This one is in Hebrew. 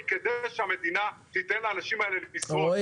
כדי שהמדינה תיתן לאנשים האלה לשרוד.